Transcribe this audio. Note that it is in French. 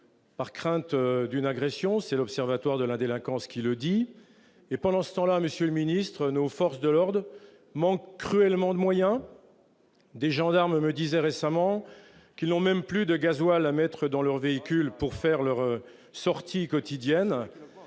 par crainte d'une agression- c'est l'Observatoire national de la délinquance qui le dit. Pendant ce temps-là, nos forces de l'ordre manquent cruellement de moyens. Des gendarmes me disaient récemment qu'ils n'ont même plus de gazole à mettre dans leur véhicule pour effectuer leurs sorties quotidiennes.